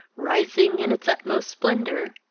rising in its utmost splendor,